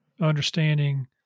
understanding